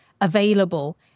available